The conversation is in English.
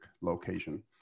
location